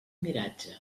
miratge